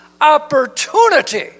opportunity